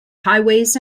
highways